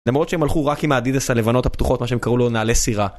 למרות שהם הלכו רק עם האדידס הלבנות הפתוחות מה שהם קראו לו נעלי סירה.